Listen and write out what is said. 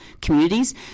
communities